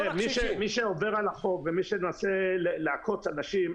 מי שעובר על החוק ומי שמנסה לעקוץ אנשים,